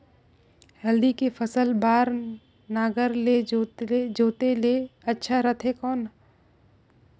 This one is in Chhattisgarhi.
हल्दी के फसल बार नागर ले जोते ले अच्छा रथे कौन?